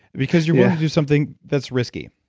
because you're willing to do something that's risky.